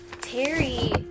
Terry